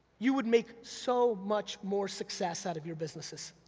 you would make so much more success out of your businesses.